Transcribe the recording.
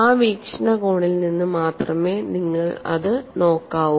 ആ വീക്ഷണകോണിൽ നിന്ന് മാത്രമേ നിങ്ങൾ അത് നോക്കാവു